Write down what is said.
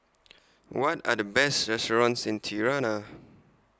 What Are The Best restaurants in Tirana